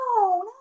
no